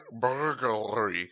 burglary